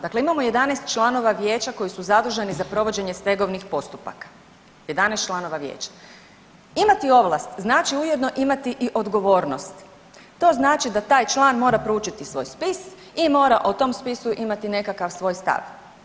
Dakle, imamo 11 članova vijeća koji su zaduženi za provođenje stegovnih postupaka, 11 članova vijeća, imati ovlast znači ujedno imati i odgovornost, to znači da taj član mora proučiti svoj spis i mora o tom spisu imati nekakav svoj stav.